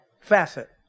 Facet